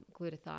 glutathione